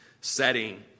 setting